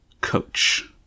coach